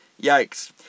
Yikes